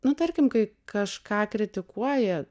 nu tarkim kai kažką kritikuoji